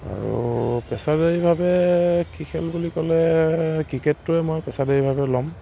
আৰু পেছাদাৰীভাৱে কি খেল বুলি ক'লে ক্ৰিকেটটোৱে মই পেছাদাৰীভাৱে ল'ম